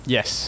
Yes